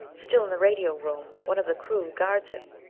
still in the radio room. one of the crew guards him.